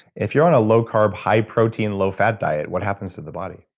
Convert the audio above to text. if you're on a low carb, high protein, low-fat diet, what happens to the body?